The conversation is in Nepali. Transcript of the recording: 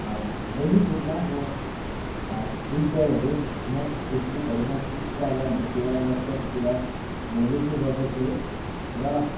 दैनिक रूपमा म ट्विटरहरूमा फेसबुकहरूमा इन्सटाग्रामहरूतिर व्हाट्सएप्पतिर म लेख्ने गर्दछु है र